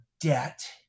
debt